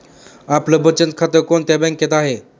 आपलं बचत खातं कोणत्या बँकेत आहे?